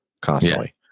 Constantly